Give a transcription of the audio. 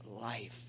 life